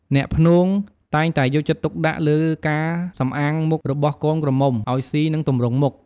អ្នកភ្នូងតែងតែយកចិត្តទុកដាក់លើការសំអាងមុខរបស់កូនក្រមុំអោយស៊ីនិងទម្រង់មុខ។